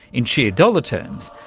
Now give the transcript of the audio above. in sheer dollar terms,